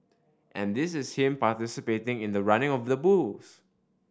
and this is him participating in the running of the bulls